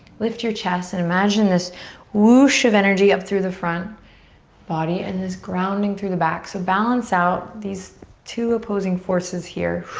lift your chest and imagine this whoosh of energy up through the front body and this grounding through the back. so balance out these two opposing forces here.